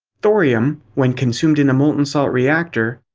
thorium, when consumed in a molten salt reactor,